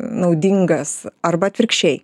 naudingas arba atvirkščiai